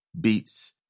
beats